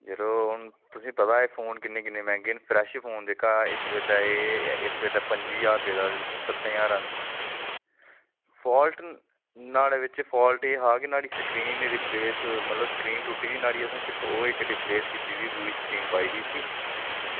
यरो हून तुसेंगी पता ऐ फोन किन्ने किन्ने मैंह्गे न फ्रैश फोन जेह्का इस बेल्लै एह् ऐ इस बेल्लै पंजी ज्हार रपेऽ दा ते तुसें सत्तें ज्हारें फाल्ट नुहाड़े बिच फाल्ट एह् हा कि नुहाड़ी स्क्रीन रिप्लेस मतलब स्क्रीन टुट्टी दी नुहाड़ी असें सिर्फ ओह् इक रिप्लेस कीती दी दूई स्क्रीन पाई दी इसी